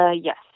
Yes